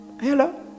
hello